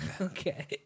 Okay